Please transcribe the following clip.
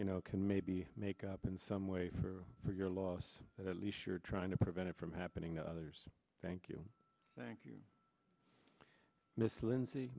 you know can maybe make up in some way for for your loss but at least you're trying to prevent it from happening to others thank you thank you miss linds